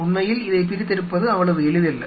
உண்மையில் இதை பிரித்தெடுப்பது அவ்வளவு எளிதல்ல